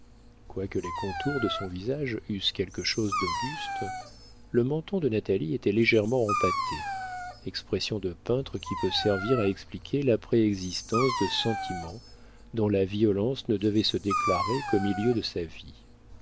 quoique les contours de son visage eussent quelque chose d'auguste le menton de natalie était légèrement empâté expression de peintre qui peut servir à expliquer la préexistence de sentiments dont la violence ne devait se déclarer qu'au milieu de sa vie